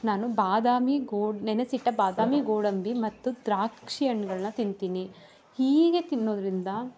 ನಾನು ಬಾದಾಮಿ ಗೊ ನೆನಸಿಟ್ಟ ಬಾದಾಮಿ ಗೋಡಂಬಿ ಮತ್ತು ದ್ರಾಕ್ಷಿ ಹಣ್ಣುಗಳ್ನ ತಿಂತೀನಿ ಹೀಗೆ ತಿನ್ನೋದರಿಂದ